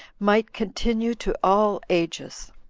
might continue to all ages.